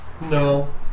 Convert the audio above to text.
No